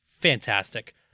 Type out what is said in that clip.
Fantastic